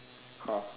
!huh!